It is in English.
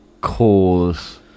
cause